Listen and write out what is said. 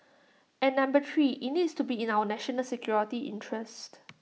and number three IT needs to be in our national security interests